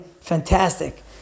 fantastic